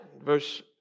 verse